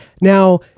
Now